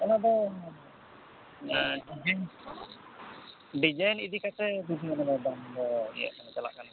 ᱚᱱᱟᱫᱚ ᱵᱤᱱ ᱰᱤᱡᱟᱭᱮᱱ ᱤᱫᱤ ᱠᱟᱛᱮᱫ ᱵᱤᱵᱷᱤᱱᱱᱚ ᱫᱟᱜ ᱫᱚ ᱤᱭᱟᱹᱜ ᱠᱟᱱᱟ ᱪᱟᱞᱟᱜ ᱠᱟᱱᱟ